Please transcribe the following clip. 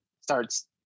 starts